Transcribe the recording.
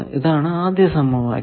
ഇതാണ് ആദ്യ സമവാക്യം